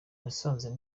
nasanze